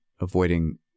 avoiding